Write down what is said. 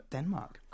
Denmark